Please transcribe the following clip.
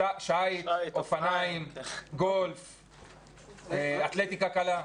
שייט, אופניים, גולף, אתלטיקה קלה.